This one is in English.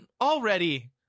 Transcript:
already